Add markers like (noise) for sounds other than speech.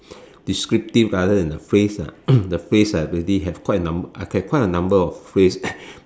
descriptive rather than a phrase ah (coughs) the phrase I really have quite a number I have quite a number of phrase